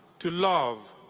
to love,